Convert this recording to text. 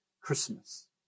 Christmas